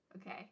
Okay